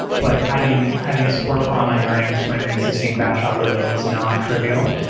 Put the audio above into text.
but adding adding support for online learning to an ah existing batch algorithm is not trivial.